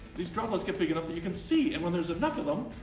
these droplets get big enough that you can see. and when there's enough of them,